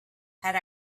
had